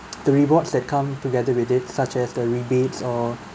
the rewards that come together with it such as the rebates or